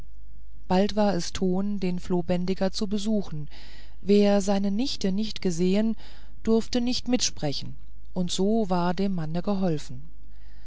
bald war es ton den flohbändiger zu besuchen wer seine nichte nicht gesehen durfte nicht mitsprechen und so war dem manne geholfen